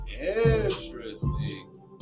interesting